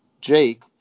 Jake